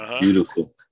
Beautiful